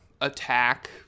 attack